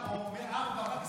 אינו נוכח נירה שפק,